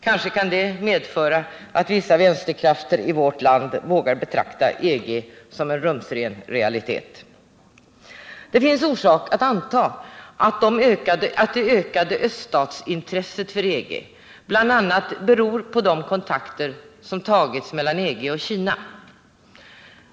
Kanske kan detta medföra att vissa vänsterkrafter i vårt land vågar betrakta EG såsom en rumsren realitet. Det finns orsak anta att det ökade öststatsintresset för EG bl.a. beror på de kontakter som har tagits mellan EG och Kina.